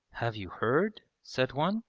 have you heard said one,